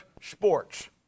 sports